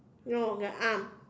no the arm